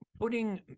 Putting